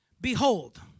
Behold